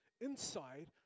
inside